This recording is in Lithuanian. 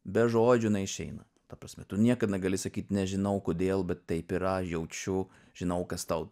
be žodžių neišeina ta prasme tu niekad negali sakyt nežinau kodėl bet taip yra jaučiu žinau kas tau